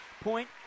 Point